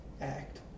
Act